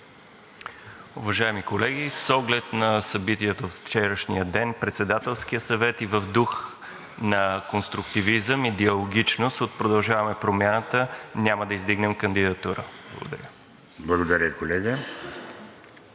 Уважаеми колеги, с оглед на събитията от вчерашния ден, Председателския съвет и в дух на конструктивизъм и диалогичност от „Продължаваме Промяната“ няма да издигнем кандидатура. Благодаря. ВРЕМЕНЕН